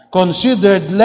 considered